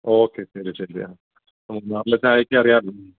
okay ശരി ശരി അ നമുക്ക് നാട്ടിലെ ചായക്ക് അറിയാലോ